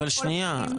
ארבל,